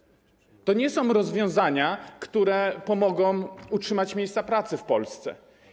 To nie są rozwiązania, które pomogą utrzymać miejsca pracy w Polsce.